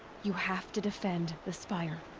you have to defend the spire!